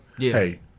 Hey